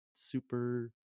Super